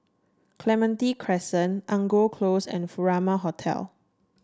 Clementi Crescent Angora Close and Furama Hotel